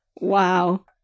Wow